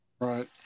Right